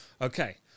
okay